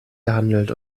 gehandelt